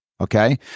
Okay